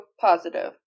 positive